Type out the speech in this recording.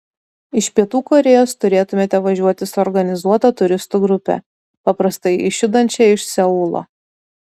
iš pietų korėjos turėtumėte važiuoti su organizuota turistų grupe paprastai išjudančia iš seulo